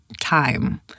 time